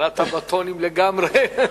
ירדת בטונים לגמרי.